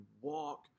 walk